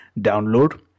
download